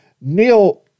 Neil